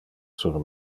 sur